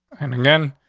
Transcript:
and again,